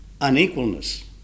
unequalness